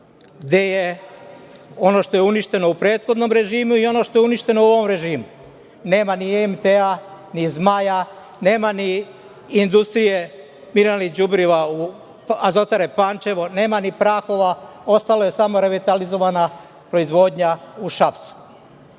Gde je ono što je uništeno u prethodnom režimu i ono što je uništeno u ovom režimu? Nema ni IMT, ni „Zmaja“, nema ni industrije mineralnih đubriva, Azotare Pančevo, nema ni prahova, ostala je samo revitalizovana proizvodnja u Šapcu,